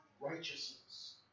righteousness